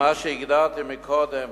מה שהגדרתי מקודם,